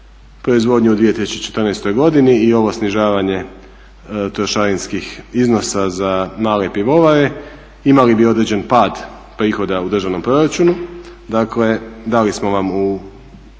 proizvodnju u 2014. godini i ovo snižavanje trošarinskih iznosa za male pivovare imali bi određen pad prihoda u državnom proračunu. Dakle dali smo vam u